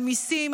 על מיסים,